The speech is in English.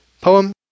Poem